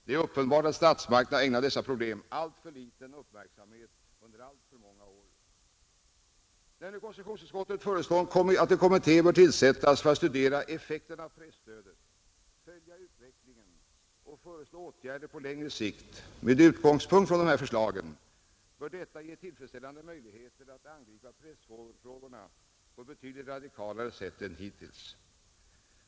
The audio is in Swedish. Det är uppenbart att statsmakterna har ägnat dessa problem alltför liten uppmärksamhet under alltför många år. När konstitutionsutskottet föreslår att en kommitté tillsättes för att studera effekterna av presstödet, följa utvecklingen och föreslå åtgärder på längre sikt med utgångspunkt i dessa förslag, bör detta ge tillfredsställande möjligheter att angripa pressfrågorna på ett betydligt mera radikalt sätt än hittills.